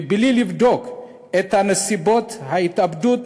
בלי לבדוק את נסיבות ההתאבדות,